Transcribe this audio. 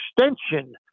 extension